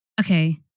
okay